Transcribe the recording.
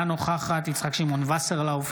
אינה נוכחת יצחק שמעון וסרלאוף,